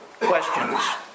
Questions